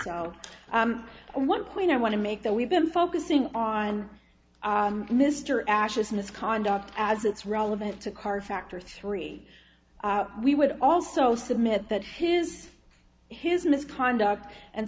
so one point i want to make that we've been focusing on mr ashes miss conduct as it's relevant to karr factor three we would also submit that his his misconduct and